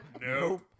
nope